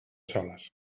soles